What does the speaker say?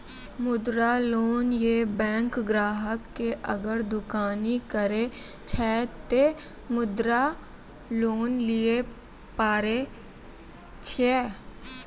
मुद्रा लोन ये बैंक ग्राहक ने अगर दुकानी करे छै ते मुद्रा लोन लिए पारे छेयै?